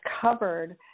covered